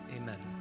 Amen